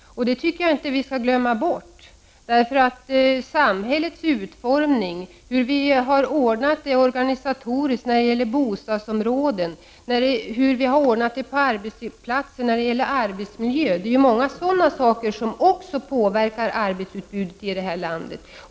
Låt oss inte glömma bort det. Samhällets utformning, hur vi har ordnat det organisatoriskt i fråga om boendeområden, hur arbetsmiljön är på våra arbetsplatser osv. är också saker som påverkar arbetsutbudet i landet.